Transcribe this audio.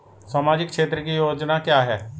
सामाजिक क्षेत्र की योजना क्या है?